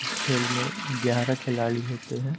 इस खेल में ग्यारह खिलाड़ी होते हैं